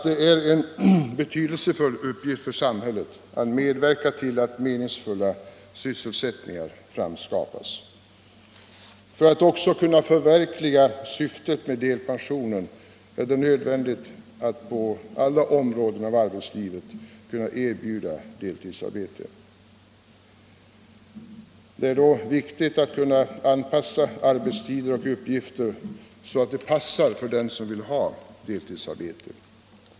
Det är en betydelsefull uppgift för samhället att medverka till att meningsfulla sysselsättningar skapas. Också för att syftet med delpensionen skall kunna förverkligas är det nödvändigt att på alla områden av arbetslivet kunna erbjuda deltidsarbete. Det är då viktigt att kunna anpassa arbetstider och uppgifter så att de passar för dem som vill ha ett deltidsarbete.